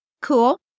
cool